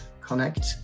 Connect